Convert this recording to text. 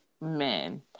Man